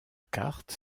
carte